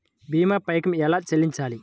భీమా పైకం ఎలా చెల్లించాలి?